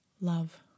love